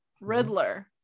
Riddler